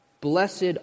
Blessed